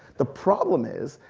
the problem is,